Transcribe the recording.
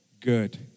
good